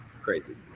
Crazy